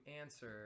answer